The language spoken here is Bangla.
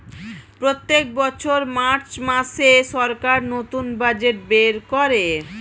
প্রত্যেক বছর মার্চ মাসে সরকার নতুন বাজেট বের করে